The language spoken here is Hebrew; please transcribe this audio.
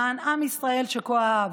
למען עם ישראל שכה אהב,